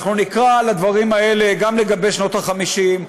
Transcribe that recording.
אנחנו נקרא על הדברים האלה גם לגבי שנות ה-50,